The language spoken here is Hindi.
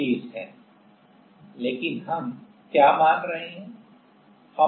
लेकिन यहाँ हम क्या मान रहे हैं